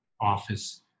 Office